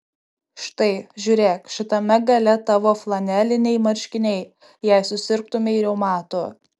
štai žiūrėk šitame gale tavo flaneliniai marškiniai jei susirgtumei reumatu